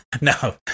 no